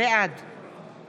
בעד